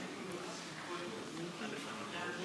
הכלכלה נתקבלה.